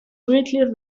greatly